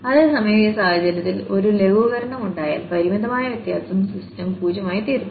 അതേസമയം ഈ സാഹചര്യത്തിൽ ഒരു ലഘൂകരണം ഉണ്ടായാൽ പരിമിതമായ വ്യത്യാസം സിസ്റ്റം 0 ആയിത്തീരുന്നു